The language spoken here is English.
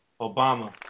Obama